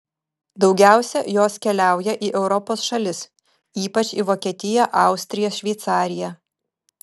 daugiausiai jos keliauja į europos šalis ypač į vokietiją austriją šveicariją